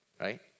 right